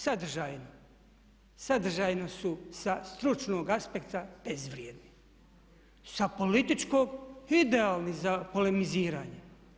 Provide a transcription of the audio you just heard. Sadržajem, sadržajno su sa stručnog aspekta bezvrijedni, sa političkog idealni za polemiziranje.